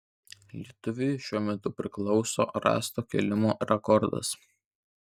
lietuviui šiuo metu priklauso rąsto kėlimo rekordas